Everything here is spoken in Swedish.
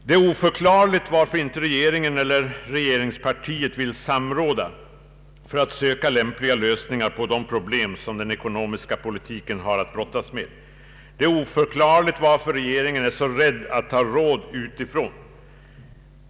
Det är oförklarligt varför inte rege ringen eller regeringspartiet vill samråda för att söka lämpliga lösningar på de problem som den ekonomiska politiken har att brottas med. Det är oförklarligt varför regeringen är så rädd att ta råd utifrån.